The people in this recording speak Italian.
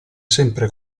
sempre